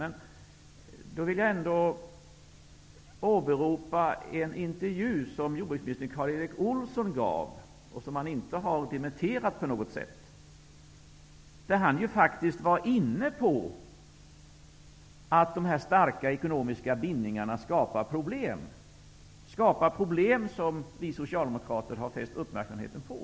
Men då vill jag ändå åberopa en intervju som jordbruksminister Karl Erik Olsson gav och som han inte har dementerat på något sätt, där han faktiskt var inne på att de starka ekonomiska bindningarna skapar problem, problem som vi socialdemokrater har fäst uppmärksamheten på.